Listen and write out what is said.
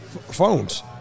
phones